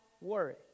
worry